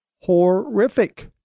horrific